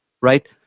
right